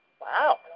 Wow